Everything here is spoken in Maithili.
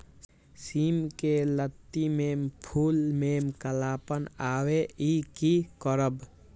सिम के लत्ती में फुल में कालापन आवे इ कि करब?